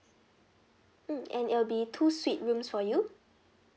mm and it'll be two suite rooms for you